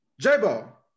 J-Ball